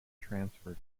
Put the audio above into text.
transfer